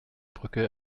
brücke